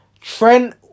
Trent